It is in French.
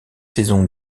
saisons